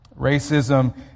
Racism